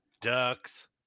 ducks